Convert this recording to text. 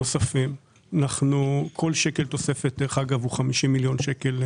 דרך אגב, כל שקל תוספת הוא 50 מיליון שקל.